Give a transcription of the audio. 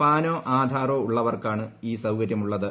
പാനോ ആധാറോ ഉള്ളവർക്കാണ് ഈ സൌകര്യമുള്ളത്